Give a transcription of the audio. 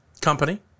company